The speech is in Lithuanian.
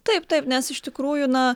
taip taip nes iš tikrųjų na